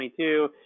22